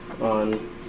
on